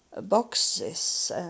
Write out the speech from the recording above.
boxes